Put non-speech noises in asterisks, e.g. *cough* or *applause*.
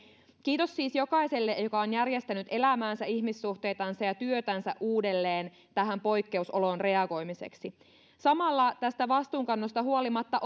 kiitos siis jokaiselle joka on järjestänyt elämäänsä ihmissuhteitansa ja työtänsä uudelleen tähän poikkeusoloon reagoimiseksi samalla tästä vastuunkannosta huolimatta *unintelligible*